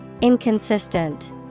Inconsistent